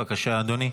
בבקשה, אדוני.